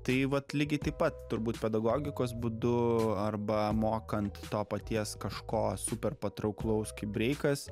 tai vat lygiai taip pat turbūt pedagogikos būdu arba mokant to paties kažko super patrauklaus kaip breikas